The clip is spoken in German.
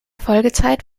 folgezeit